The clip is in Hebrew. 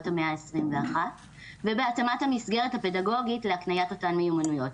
המאה ה-21 ובהתאמת המסגרת הפדגוגית להקניית אותן מיומנויות,